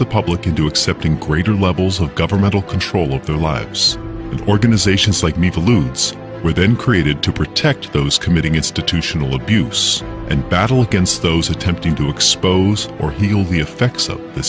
the public into accepting greater levels of governmental control of their lives and organizations like me the loons were then created to protect those committing institutional abuse and battle against those attempting to expose or he'll be effects of th